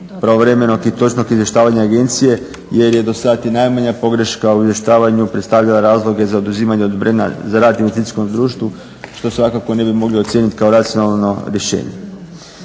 pravovremenog i točnog izvještavanja agencije jer je dosad i najmanje pogreška u izvještavanju predstavljala razloge za oduzimanje odobrenja za rad u investicijskom društvu što svakako ne bi mogli ocijeniti kao racionalno rješenje.